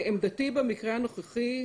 לעמדתי במקרה הנוכחי,